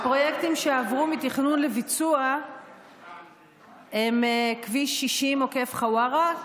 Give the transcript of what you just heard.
הפרויקטים שעברו מתכנון לביצוע הם כביש 60 עוקף חווארה,